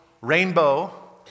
rainbow